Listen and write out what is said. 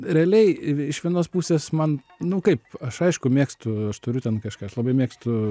realiai iš vienos pusės man nu kaip aš aišku mėgstu aš turiu ten kažką aš labai mėgstu